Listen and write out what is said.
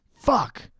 Fuck